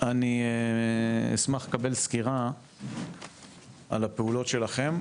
אני אשמח לקבל סקירה על הפעולות שלכם,